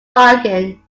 bargain